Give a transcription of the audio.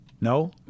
No